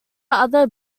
other